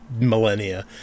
millennia